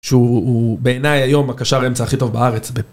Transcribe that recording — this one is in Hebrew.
שהוא בעיניי היום הקשר אמצע הכי טוב בארץ.